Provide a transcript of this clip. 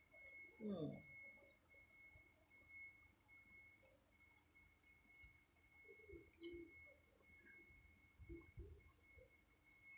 mm